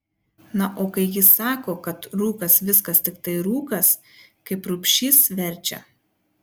na o kai jis sako kad rūkas viskas tiktai rūkas kaip rubšys verčia